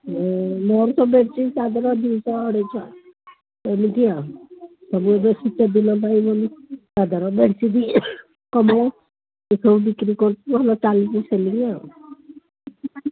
ମୋର ତ ମେଡ଼ିସିନ୍ ସାଧାରଣ ଦୁଇଶହ ଅଢ଼େଇଶ ଏମିତି ଆଉ ସବୁ ଏବେ ଶୀତ ଦିନ ପାଇଁ ସାଧାରଣ ମେଡ଼ିସିନ୍ କମ୍ ଏସବୁ ବିକ୍ରି କରୁଛୁ ଭଲ ଚାଲିଛି ସେଲିଙ୍ଗ୍ ଆଉ